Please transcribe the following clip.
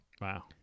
Wow